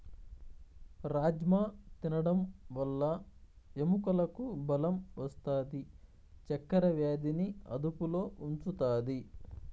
రాజ్మ తినడం వల్ల ఎముకలకు బలం వస్తాది, చక్కర వ్యాధిని అదుపులో ఉంచుతాది